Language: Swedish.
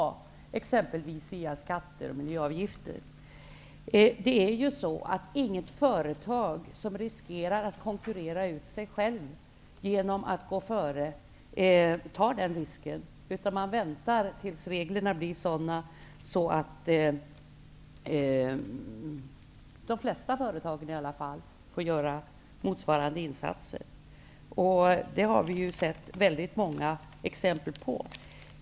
Detta kan ske exempelvis via skatter och miljöavgifter. Inget företag som riskerar att konkurrera ut sig självt genom att gå före tar den risken. Man väntar tills reglerna blir sådana att de flesta företag får göra motsvarande insatser. Det har vi sett många exempel på.